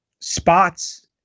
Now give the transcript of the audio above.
spots